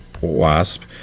Wasp